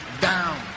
down